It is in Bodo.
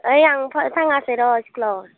ओइ आं थांगासिनो र' स्कुलाव